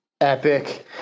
Epic